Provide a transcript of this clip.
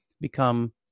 become